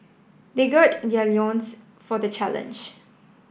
they gird their loins for the challenge